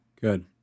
Good